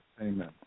Amen